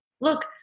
Look